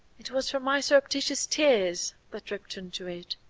it was from my surreptitious tears that dripped into it.